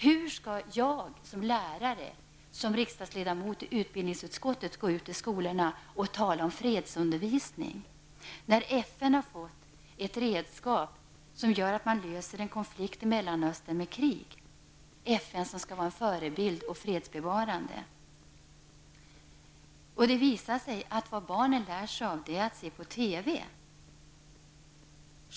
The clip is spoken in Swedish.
Hur skall jag som lärare, som riksdagsledamot i utbildningsutskottet, kunna gå ut i skolorna och tala om fredsundervisning, när FN har fått ett redskap som gör att man löser en konflikt Mellanöstern med krig -- FN som skall vara en förebild, som skall vara fredsbevarade? Det visar sig att vad barnen lär sig av är att se på TV.